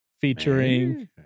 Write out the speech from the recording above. Featuring